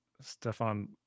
Stefan